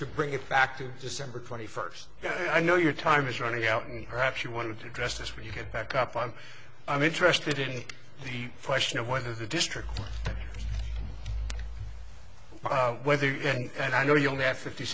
to bring it back to december twenty first i know your time is running out and have she wanted to address this when you get back up on i'm interested in the question of whether the district whether and i know you'll have fifty